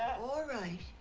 all right.